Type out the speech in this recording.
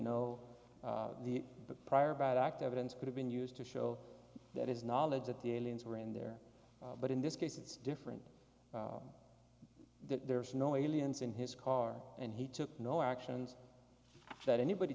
know the prior bad act evidence could have been used to show that his knowledge that the aliens were in there but in this case it's different there's no aliens in his car and he took no actions that anybody